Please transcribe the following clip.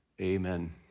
amen